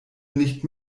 nicht